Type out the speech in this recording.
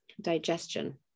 digestion